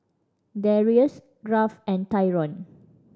Darrius Garth and Tyrone